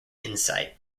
insight